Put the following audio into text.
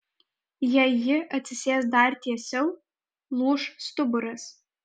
jei ji atsisės dar tiesiau lūš stuburas